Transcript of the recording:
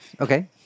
okay